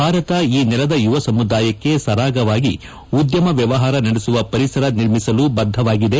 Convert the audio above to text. ಭಾರತವು ಈ ನೆಲದ ಯುವ ಸಮುದಾಯಕ್ಕೆ ಸರಾಗವಾಗಿ ಉದ್ದಮ ವ್ಯವಹಾರ ನಡೆಸುವ ಪರಿಸರ ನಿರ್ಮಿಸಲು ಬದ್ದವಾಗಿದೆ